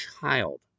child